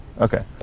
Okay